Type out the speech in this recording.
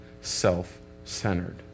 self-centered